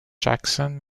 jackson